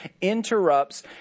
interrupts